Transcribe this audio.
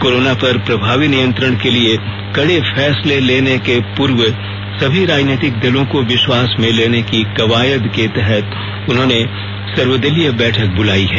corona पर प्रभावी नियंत्रण के लिए कड़े फैंसले लेने के पूर्व सभी राजनीतिक दलों को विश्वास में लेने की कवायद के तहत उन्होंने सर्वदलीय बैठक बुलाई है